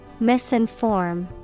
Misinform